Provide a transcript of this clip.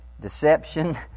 deception